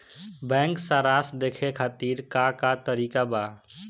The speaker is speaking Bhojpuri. बैंक सराश देखे खातिर का का तरीका बा?